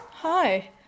Hi